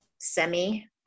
semi